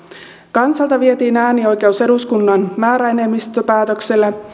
kansalta vietiin äänioikeus eduskunnan määräenemmistöpäätöksellä